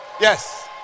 yes